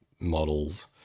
models